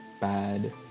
bad